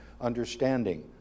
understanding